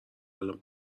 الان